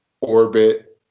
orbit